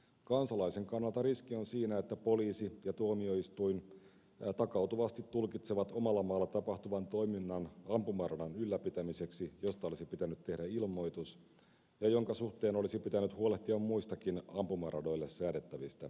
kansalaisen kannalta riski on siinä että poliisi ja tuomioistuin takautuvasti tulkitsevat omalla maalla tapahtuvan toiminnan ampumaradan ylläpitämiseksi josta olisi pitänyt tehdä ilmoitus ja jonka suhteen olisi pitänyt huolehtia muistakin ampumaradoille säädettävistä velvoitteista